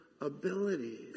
abilities